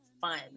fun